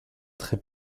très